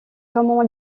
comment